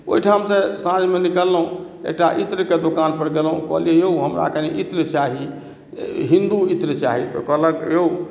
ओहिठामसँ साँझमे निकललहुँ एकटा इत्रक दोकान पर गेलहुँ कहलियै यौ हमरा कनी इत्र चाही हिन्दू इत्र चाही कहलक यौ